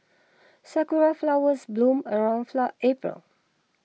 sakura flowers bloom around April